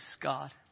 God